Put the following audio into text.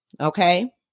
okay